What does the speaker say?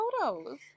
photos